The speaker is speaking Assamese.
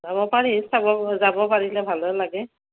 যাব পাৰি চাব যাব পাৰিলে ভালে লাগে